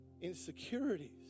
Insecurities